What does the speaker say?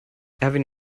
erwin